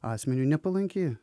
asmeniui nepalanki